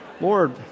Lord